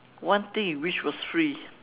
one thing you wish was free